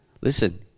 Listen